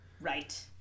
Right